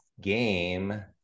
game